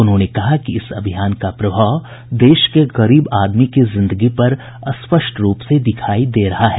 उन्होंने कहा कि इस अभियान का प्रभाव देश के गरीब आदमी की जिंदगी पर स्पष्ट रूप से दिखाई दे रहा है